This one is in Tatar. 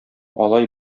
алай